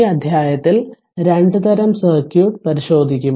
ഈ അധ്യായത്തിൽ 2 തരം സർക്യൂട്ട് പരിശോധിക്കും